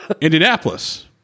Indianapolis